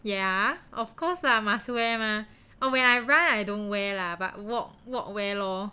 ya of course lah must wear mah oh when I run I don't wear lah but walk walk wear lor